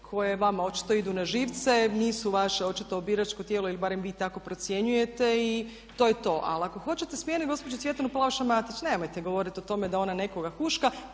koje vama očito idu na živce nisu vaše očito biračko tijelo ili barem vi tako procjenjujete i to je to. Ali ako hoćete smijenit gospođu Svjetlanu Plavša Matić nemojte gotoviti o tome da ona nekoga huška,